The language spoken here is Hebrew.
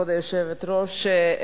כבוד היושבת-ראש,